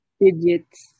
digits